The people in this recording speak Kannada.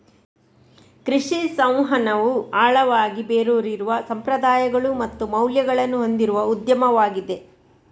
ಕೃಷಿ ಸಂವಹನವು ಆಳವಾಗಿ ಬೇರೂರಿರುವ ಸಂಪ್ರದಾಯಗಳು ಮತ್ತು ಮೌಲ್ಯಗಳನ್ನು ಹೊಂದಿರುವ ಉದ್ಯಮವಾಗಿದೆ